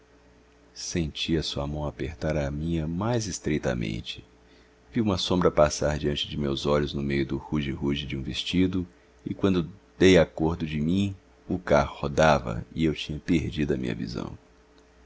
senti a sua mão apertar a minha mais estreitamente vi uma sombra passar diante de meus olhos no meio do ruge ruge de um vestido e quando dei acordo de mim o carro rodava e eu tinha perdido a minha visão